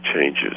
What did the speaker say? changes